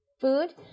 Food